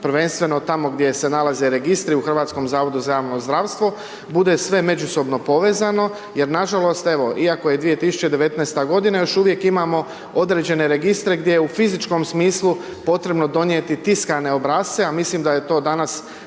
prvenstveno tamo gdje se nalaze registri u Hrvatskom zavodu za javno zdravstvo bude sve međusobno povezano. Jer nažalost, evo iako je 2019. godina još uvijek imamo određene registre gdje je u fizičkom smislu potrebno donijeti tiskane obrasce a mislim da je to danas